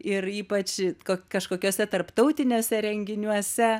ir ypač kad kažkokiuose tarptautiniuose renginiuose